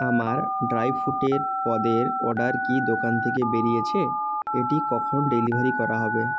আমার ড্রাই ফ্রুটের পদের অর্ডার কি দোকান থেকে বেরিয়েছে এটি কখন ডেলিভারি করা হবে